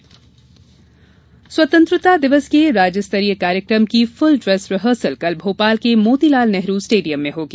dress rehearsal स्वतंत्रता दिवस के राज्यस्तरीय कार्यक्रम की फुल ड्रेस रिहर्सल कल भोपाल के मोती लाल नेहरू स्टेडियम में होगी